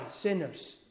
sinners